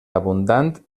abundant